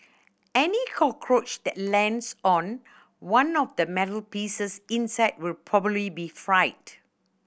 any cockroach that lands on one of the metal pieces inside will probably be fried